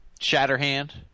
shatterhand